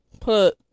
Put